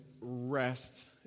rest